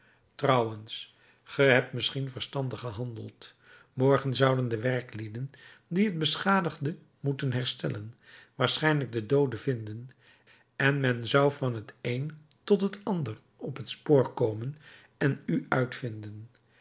trouwens ge hebt misschien verstandig gehandeld morgen zouden de werklieden die het beschadigde moeten herstellen waarschijnlijk den doode vinden en men zou van t een tot het ander op het spoor komen en u uitvinden